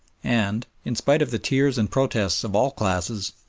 and, in spite of the tears and protests of all classes,